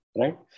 right